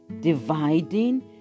dividing